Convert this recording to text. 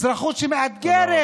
אזרחות שמאתגרת,